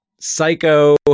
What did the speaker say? Psycho